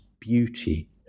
beauty